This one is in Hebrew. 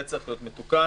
וזה צריך להיות מתוקן.